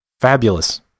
fabulous